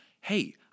hey